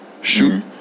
shoot